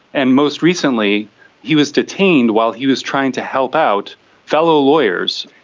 and most recently he was detained while he was trying to help out fellow lawyers.